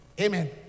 Amen